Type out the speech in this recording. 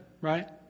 right